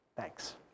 Thanks